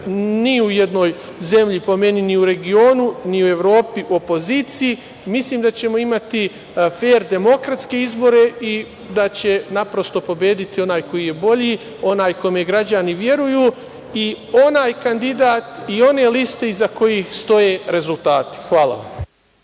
ni u jednoj zemlji, po meni ni u regionu, ni u Evropi, opoziciji. Mislim da ćemo imati fer demokratske izbore i da će pobediti onaj koji je bolji, onaj kome građani veruju i onaj kandidat i one liste iza kojih stoje rezultati. Hvala